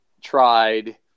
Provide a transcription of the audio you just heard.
tried –